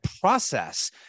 process